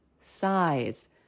size